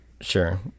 sure